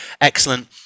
excellent